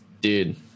dude